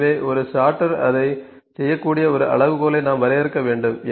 எனவே ஒரு சார்ட்டர் அதைச் செய்யக்கூடிய ஒரு அளவுகோலை நாம் வரையறுக்க வேண்டும்